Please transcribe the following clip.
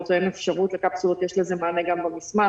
ואין אפשרות לקפסולות יש לזה מענה גם במסמך.